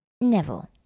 Neville